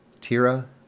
Tira